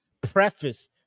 preface